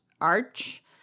arch